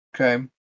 Okay